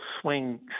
swing